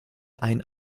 ein